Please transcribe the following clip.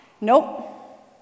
Nope